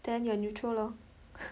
then you are neutral lor